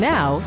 Now